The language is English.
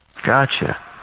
Gotcha